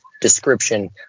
description